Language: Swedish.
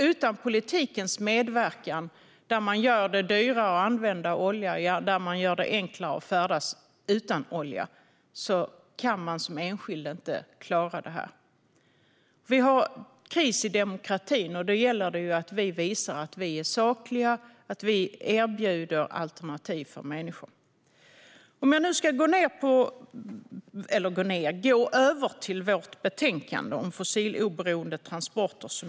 Utan politikens medverkan där man gör det dyrare att använda olja och enklare att färdas utan olja kan man som enskild inte klara det. Vi har kris i demokratin. Då gäller det att vi visar att vi är sakliga och erbjuder alternativ för människor. Jag går nu över till vårt betänkande om fossiloberoende transporter.